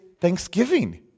thanksgiving